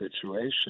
situation